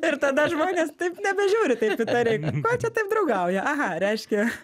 ir tada žmonės taip nebežiūri taip įtariai ko čia taip draugauja aha reiškia